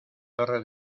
torre